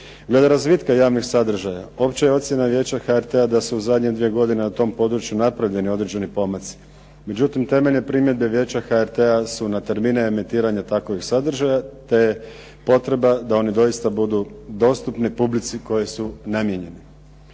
Glede razvitka javnih sadržaja opća je ocjena Vijeća HRT-a da su u zadnje dvije godine na tom području napravljeni određeni pomaci, međutim temeljne primjedbe Vijeća HRT-a su na termine emitiranja takvih sadržaja te potreba da oni doista budu dostupni publici kojoj su namijenjeni.